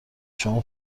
شما